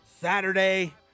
Saturday